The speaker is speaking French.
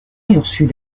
ursule